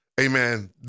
Amen